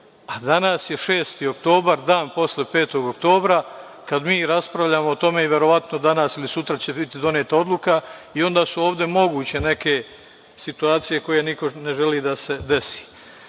a danas je 6. oktobar, dan posle 5. oktobra, kad mi raspravljamo o tome i verovatno danas ili sutra će biti doneta odluka. Onda su ovde moguće neke situacije koje niko ne želi da se dese. Mi